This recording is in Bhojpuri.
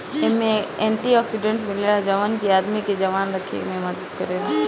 एमे एंटी ओक्सीडेंट मिलेला जवन की आदमी के जवान रखे में मदद करेला